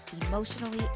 emotionally